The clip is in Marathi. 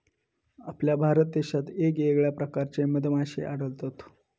आपल्या भारत देशात येगयेगळ्या प्रकारचे मधमाश्ये आढळतत